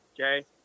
okay